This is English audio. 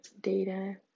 data